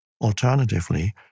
Alternatively